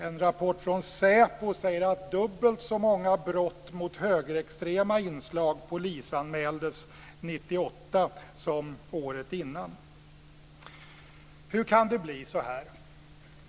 En rapport från säpo säger att dubbelt så många brott med högerextrema inslag polisanmäldes 1998 som året innan. Hur kan det bli så här?